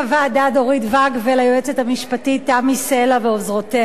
ליועצת המשפטית תמי סלע ולעוזרותיה,